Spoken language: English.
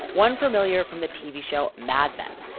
one familiar from the tv show mad men,